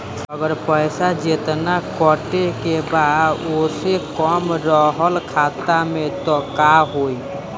अगर पैसा जेतना कटे के बा ओसे कम रहल खाता मे त का होई?